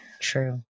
true